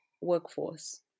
workforce